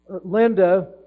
Linda